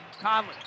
Conley